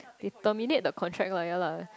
he terminate the contract one yea lah